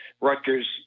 Rutgers